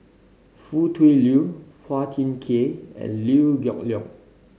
Foo Tui Liew Phua Thin Kiay and Liew Geok Leong